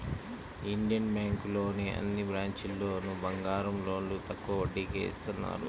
Indian బ్యేంకులోని అన్ని బ్రాంచీల్లోనూ బంగారం లోన్లు తక్కువ వడ్డీకే ఇత్తన్నారు